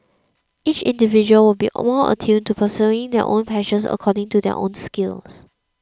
each individual will be more attuned to pursuing their own passions according to their own skills